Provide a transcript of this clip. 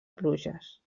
pluges